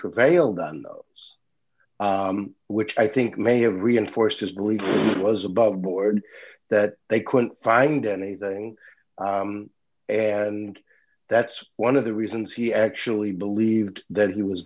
prevailed on which i think may have reinforced his belief was above board that they couldn't find anything and that's one of the reasons he actually believed that he was